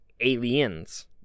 Aliens